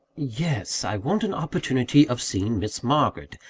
yes. i want an opportunity of seeing miss margaret,